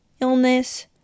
illness